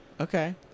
Okay